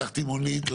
לקחתי מונית,